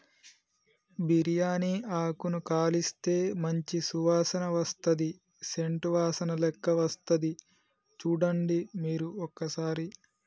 బిరియాని ఆకును కాలిస్తే మంచి సువాసన వస్తది సేంట్ వాసనలేక్క వస్తది చుడండి మీరు ఒక్కసారి